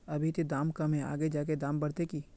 अभी ते दाम कम है आगे जाके दाम बढ़ते की?